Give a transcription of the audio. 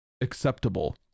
acceptable